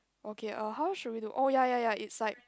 okay uh how should we look oh ya ya ya it's like